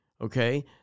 Okay